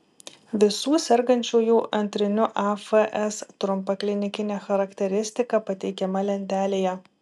visų sergančiųjų antriniu afs trumpa klinikinė charakteristika pateikiama lentelėje